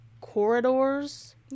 corridors